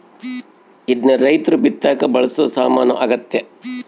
ಇದ್ನ ರೈರ್ತು ಬಿತ್ತಕ ಬಳಸೊ ಸಾಮಾನು ಆಗ್ಯತೆ